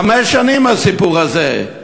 חמש שנים נמשך הסיפור הזה.